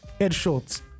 headshots